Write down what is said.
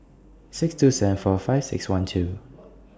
six two seven four five six one two